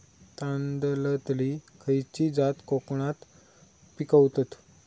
तांदलतली खयची जात कोकणात पिकवतत?